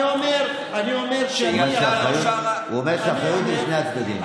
אני אומר, הוא אומר שהאחריות היא על שני הצדדים.